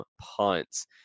punts